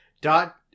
dot